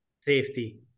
Safety